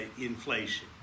inflation